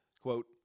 Quote